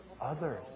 others